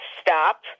stop